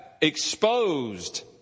exposed